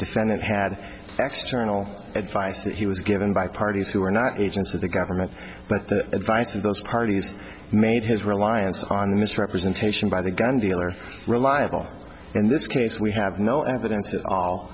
defendant had external advice that he was given by parties who were not agents of the government but the advice of those parties made his reliance on the misrepresentation by the gun dealer reliable in this case we have no evidence at all